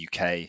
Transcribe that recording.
UK